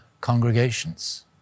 congregations